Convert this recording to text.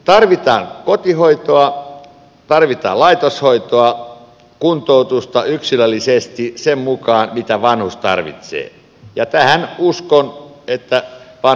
tarvitaan kotihoitoa tarvitaan laitoshoitoa kuntoutusta yksilöllisesti sen mukaan mitä vanhus tarvitsee ja uskon että vanhuspalvelulaki tulee tähän vastaamaan